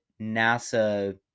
nasa